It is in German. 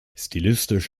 stilistisch